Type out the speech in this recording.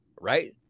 right